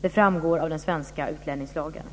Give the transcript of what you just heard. Det framgår av den svenska utlänningslagen.